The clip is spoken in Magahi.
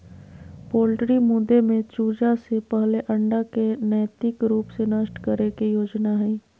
पोल्ट्री मुद्दे में चूजा से पहले अंडा के नैतिक रूप से नष्ट करे के योजना हइ